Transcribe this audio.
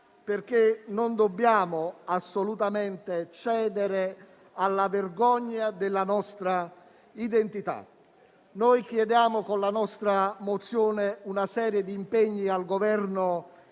Non dobbiamo assolutamente cedere alla vergogna della nostra identità. Noi chiediamo, con la nostra mozione, una serie di impegni al Governo